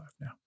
now